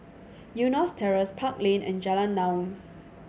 Eunos Terrace Park Lane and Jalan Naung